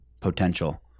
potential